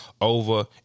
over